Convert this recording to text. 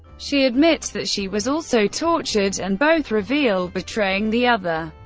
she admits that she was also tortured, and both reveal betraying the other.